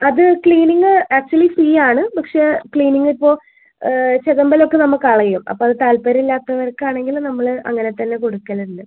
അത് cleaning actually free ആണ് പക്ഷെ ക്ലീനിംഗ് ഇപ്പോൾ ചെതമ്പലൊക്കെ നമ്മൾ കളയും അപ്പോൾ അത് താൽപ്പര്യം ഇല്ലാത്തവർക്ക് ആണെങ്കിൽ നമ്മൾ അങ്ങനെ തന്നെ കൊടുക്കലുണ്ട്